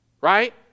Right